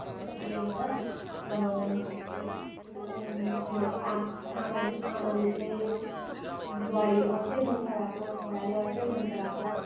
त्यस्तो खाले हुन्छ अब आम आम आमाले चाहिँ बुहारी अर्कै मनपराएको छोराले अर्कै मनपराएको